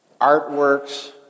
artworks